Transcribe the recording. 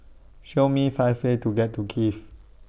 Show Me five ways to get to Kiev